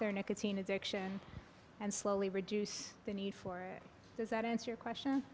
their nicotine addiction and slowly reduce the need for does that answer your question